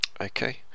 Okay